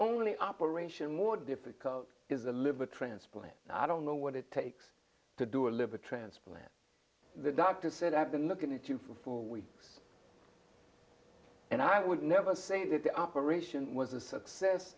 only operation more difficult is a liver transplant i don't know what it takes to do a liver transplant the doctor said i've been looking at you for four weeks and i would never say that the operation was a success